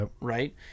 right